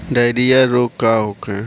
Diarrhoea रोग का होखे?